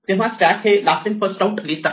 तेव्हा स्टॅक हे last in first out list आहे